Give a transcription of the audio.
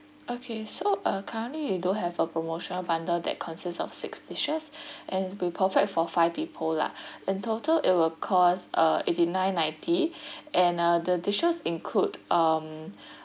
okay so uh currently we don't have a promotional bundle that consist of six dishes and it's be perfect for five people lah and total it'll cost uh eighty nine ninety and uh the dishes include um